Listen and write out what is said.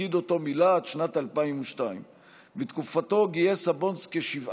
תפקיד שמילא עד שנת 2002. בתקופתו גייס הבונדס כ-7